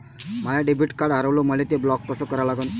माय debit card हारवलं, मले ते ब्लॉक कस करा लागन?